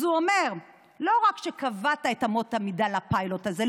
אז הוא אומר: לא רק שקבעת את אמות המידה לפיילוט הזה,